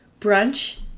Brunch